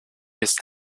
just